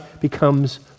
becomes